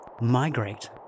migrate